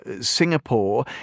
Singapore